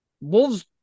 Wolves